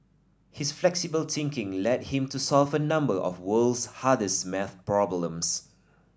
his flexible thinking led him to solve a number of world's hardest math problems